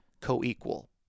co-equal